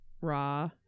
raw